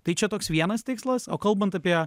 tai čia toks vienas tikslas o kalbant apie